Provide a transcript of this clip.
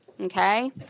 okay